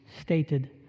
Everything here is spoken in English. stated